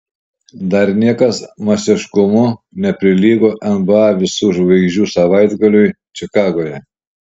dar niekas masiškumu neprilygo nba visų žvaigždžių savaitgaliui čikagoje